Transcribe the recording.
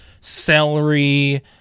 celery